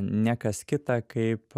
ne kas kita kaip